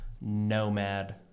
nomad